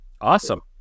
Awesome